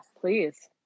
please